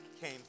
came